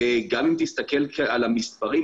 גם אם תסתכל על המספרים,